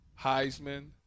Heisman